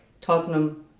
Tottenham